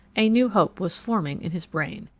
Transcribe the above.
a new hope was forming in his brain.